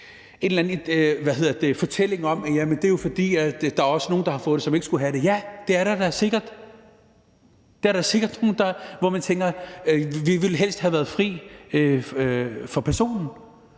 en eller anden fortælling om, at det er, fordi der også er nogle, der har fået det, som ikke skulle have det. Ja, det er der da sikkert. Der er da sikkert nogle, hvor man tænker, at vi helst ville have været fri for personen.